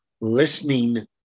listening